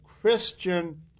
Christian